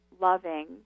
loving